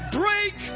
break